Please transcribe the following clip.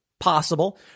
possible